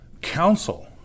counsel